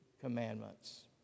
commandments